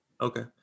Okay